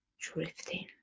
drifting